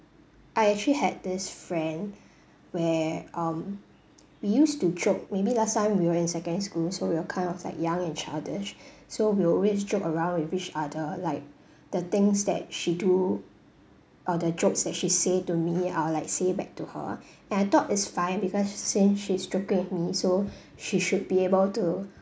I actually had this friend where um we used to joke maybe last time we were in secondary school so we were kind of like young and childish so we always joke around with each other like the things that she do or the jokes that she say to me I'll like say back to her and I thought is fine because since she's joking with me so she should be able to